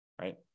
right